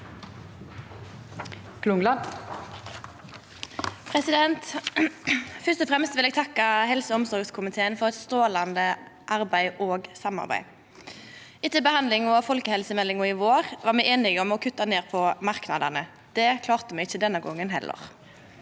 for saka): Først og fremst vil eg takka helse- og omsorgskomiteen for eit strålande arbeid og samarbeid. Etter behandlinga av folkehelsemeldinga i vår var me einige om å kutta ned på merknadene. Det klarte me heller ikkje denne gongen.